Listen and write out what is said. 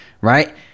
right